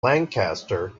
lancaster